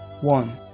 One